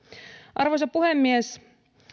arvoisa puhemies